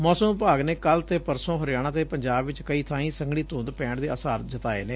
ਮੌਸਮ ਵਿਭਾਗ ਨੇ ਕੱਲ ਤੇ ਪਰਸੋ ਹਰਿਆਣਾ ਪੰਜਾਬ ਚ ਕਈ ਬਾਈ ਸੰਘਣੀ ਧੁੰਦ ਪੈਣ ਦੇ ਆਸਾਰ ਜਤਾਏ ਨੇ